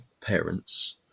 parents